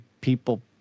people